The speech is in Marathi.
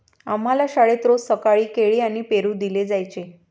आम्हाला शाळेत रोज सकाळी केळी आणि पेरू दिले जायचे